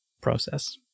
process